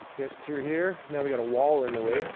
get through here. now we got a wall in the way,